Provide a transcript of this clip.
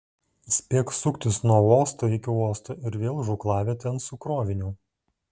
spėk suktis nuo uosto iki uosto ir vėl žūklavietėn su kroviniu